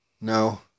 No